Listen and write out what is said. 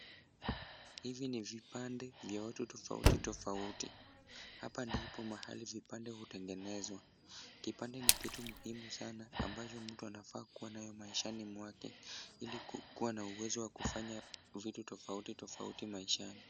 Hivi ni vipande vya watu tofauti tofauti. Hapa ndipo mahali vipande hutengenezwa. Kipande ni kitu muhimu sana ambacho mtu anafaa kuwa nayo maishani mwake ili kuwa na uwezo wa kufanya vitu tofauti tofauti maishani.